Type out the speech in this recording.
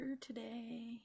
today